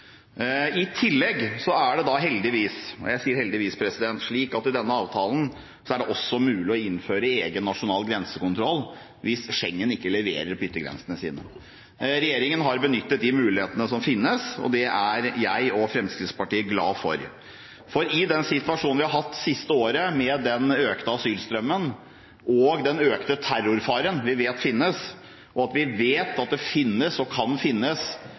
I tillegg er det heldigvis – og jeg sier heldigvis – slik at det i denne avtalen også er mulig å innføre egen nasjonal grensekontroll hvis Schengen ikke leverer ved yttergrensene sine. Regjeringen har benyttet de mulighetene som finnes, og det er jeg og Fremskrittspartiet glad for. I den situasjonen vi har hatt det siste året, med den økte asylstrømmen og den økte terrorfaren vi vet finnes, og at vi vet at det finnes og kan finnes